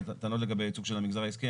טענות לגבי הייצוג של המגזר העסקי.